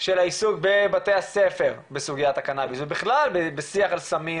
של העיסוק בבתי הספר בסוגיית הקנאביס ובכלל בשיח על סמים,